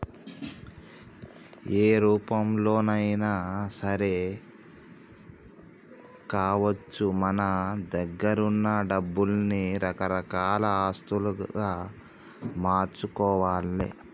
ఏ రూపంలోనైనా సరే కావచ్చు మన దగ్గరున్న డబ్బుల్ని రకరకాల ఆస్తులుగా మార్చుకోవాల్ల